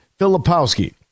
Filipowski